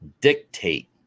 dictate